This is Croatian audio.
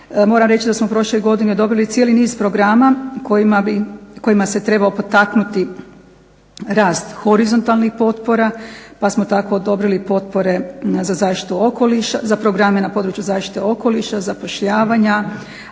moram reći da smo prošle godine dobili cijeli niz programa kojima se trebao potaknuti rast horizontalnih potpora, pa smo tako odobrili potpore za programe na području zaštite okoliša, zapošljavanja,